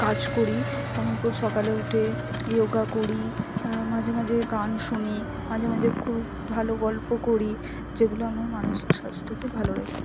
কাজ করি যেমন রোজ সকালে উঠে যোগা করি মাঝে মাঝে গান শুনি মাঝে মাঝে খুব ভালো গল্প করি যেগুলো আমার মানসিক স্বাস্থ্যকে ভালো রাখে